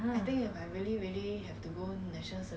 then !wah! that day he damn angry cause